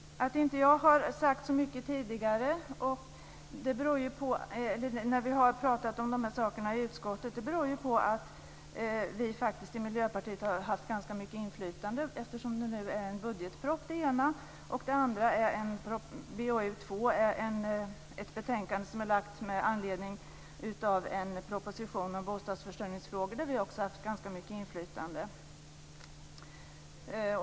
Att jag inte har sagts så mycket när vi har pratat om de här sakerna i utskottet beror på att vi i Miljöpartiet har haft ganska mycket inflytande. Det ena betänkandet grundar sig på budgetpropositionen och BoU2 är ett betänkande som är framlagt med anledning av en proposition om bostadsförsörjningsfrågor där vi också har haft ganska mycket inflytande.